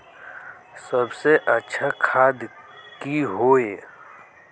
सबसे अच्छा खाद की होय?